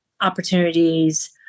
opportunities